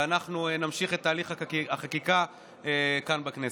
ואנחנו נמשיך את תהליך החקיקה כאן בכנסת.